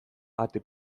ate